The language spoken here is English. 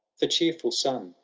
for cheerful sun,